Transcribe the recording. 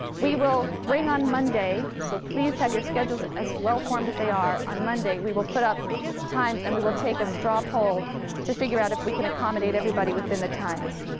we will bring on monday so please have your schedules as well-formed as they are, on monday we will put up times and we will take a straw poll to figure out if we can accommodate everybody within the times.